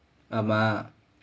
ஆமா:aamaa